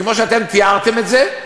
כמו שאתם תיארתם את זה,